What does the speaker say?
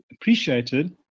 appreciated